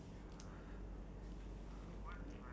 C_C_A is like different with this one